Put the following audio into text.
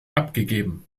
abgegeben